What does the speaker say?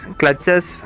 clutches